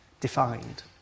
defined